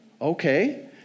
okay